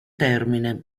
termine